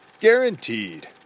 Guaranteed